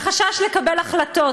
מחשש לקבל החלטות,